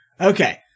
okay